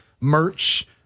merch